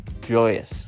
Joyous